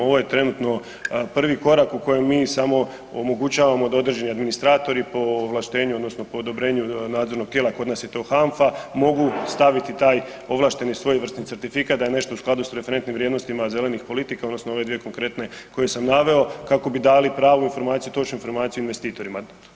Ovo je trenutno prvi korak u kojem mi samo omogućavamo da određeni administratori po ovlaštenju odnosno po odobrenju nadzornog tijela, kod nas je to HANFA, mogu staviti taj ovlašteni svojevrsni certifikat da je nešto u skladu s referentnim vrijednostima zelenih politika, odnosno ove dvije konkretne koje sam naveo pravu informaciju, točnu informaciju investitorima.